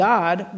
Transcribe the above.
God